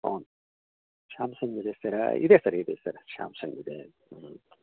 ಹಾಂ ಸ್ಯಾಮ್ಸಂಗ್ ಇದೆ ಸರ ಇದೆ ಸರ್ ಇದೆ ಸರ್ ಸ್ಯಾಮ್ಸಂಗ್ ಇದೆ